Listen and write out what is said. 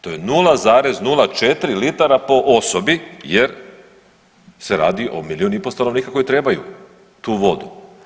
To je 0,04 litara po osobi jer se radi i milijun i pol stanovnika koji trebaju tu vodu.